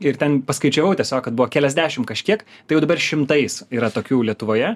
ir ten paskaičiavau tiesiog kad buvo keliasdešimt kažkiek tai jau dabar šimtais yra tokių lietuvoje